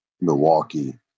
Milwaukee